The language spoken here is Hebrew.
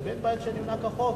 לבין בית שנבנה כחוק?